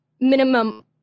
minimum